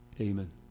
Amen